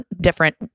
different